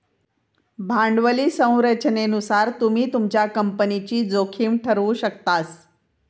भांडवली संरचनेनुसार तुम्ही तुमच्या कंपनीची जोखीम ठरवु शकतास